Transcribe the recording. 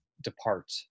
depart